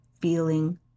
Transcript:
feeling